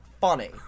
funny